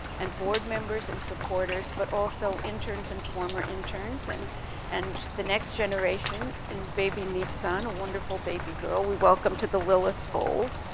and board members and supporters, but also interns and former interns, and and the next generation, and baby nitzan, a wonderful baby girl we welcome to the lilith fold.